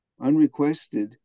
unrequested